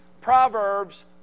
proverbs